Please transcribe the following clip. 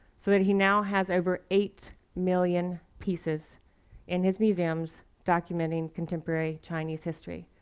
so that he now has over eight million pieces in his museums documenting contemporary chinese history.